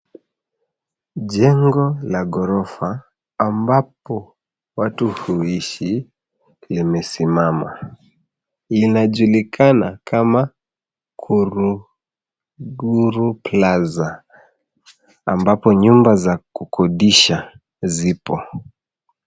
Jengo la ghorofa ambapo watu huishi , limesimama. Linajulikana kama Buruburu Plaza ambapo nyumba za kukodisha zipo.